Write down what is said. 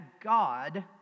God